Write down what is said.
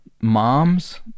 moms